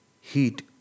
heat